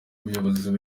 buyobozi